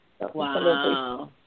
Wow